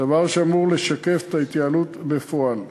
דבר שאמור לשקף את ההתייעלות בפועל.